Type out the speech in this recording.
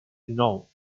dinou